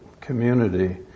community